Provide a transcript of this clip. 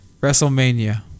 WrestleMania